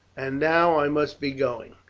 and now i must be going.